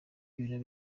ibihano